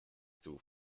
too